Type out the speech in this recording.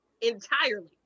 entirely